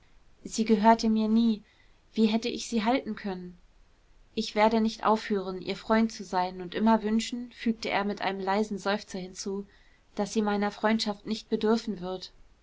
sie gehörte mir nie wie hätte ich sie halten können ich werde nicht aufhören ihr freund zu sein und immer wünschen fügte er mit einem leisen seufzer hinzu daß sie meiner freundschaft nicht bedürfen wird